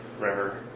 river